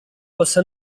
posso